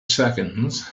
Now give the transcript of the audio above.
seconds